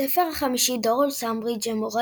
בספר החמישי דולורס אמברידג' – מורה